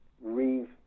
Reeve